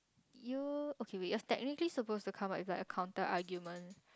you okay wait you're technically supposed to come up with a counter argument